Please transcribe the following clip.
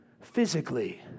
physically